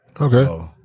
Okay